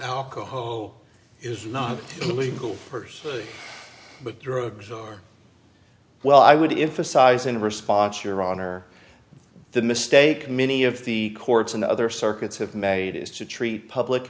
alcohol is not illegal but drugs or well i would if a size in response your honor the mistake many of the courts and other circuits have made is to treat public